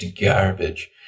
garbage